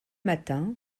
matin